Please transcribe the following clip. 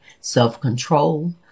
self-control